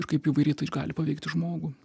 ir kaip įvairiai tai gali paveikti žmogų